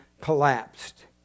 collapsed